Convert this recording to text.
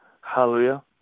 Hallelujah